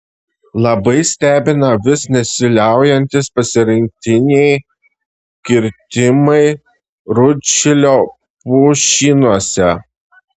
labai stebina vis nesiliaujantys pasirinktiniai kirtimai rūdšilio pušynuose